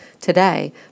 today